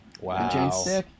Wow